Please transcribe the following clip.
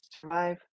survive